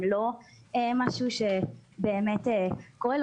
הם לא משהו שבאמת קורה,